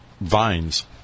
vines